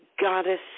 goddess